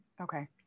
Okay